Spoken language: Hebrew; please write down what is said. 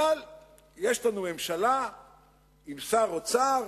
אבל יש לנו ממשלה עם שר אוצר